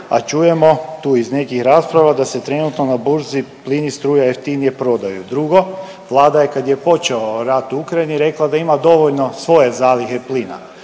a čujemo tu iz nekih rasprava da se trenutno na burzi plin i struja jeftinije prodaju. Drugo, Vlada kad je počeo rat u Ukrajini rekla da ima dovoljno svoje zalihe plina,